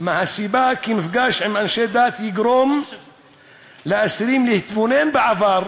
מהסיבה כי מפגש עם אנשי דת יגרום לאסירים להתבונן בעבר,